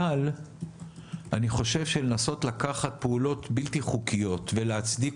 אבל אני חושב שלנסות לקחת פעולות בלתי חוקיות ולהצדיק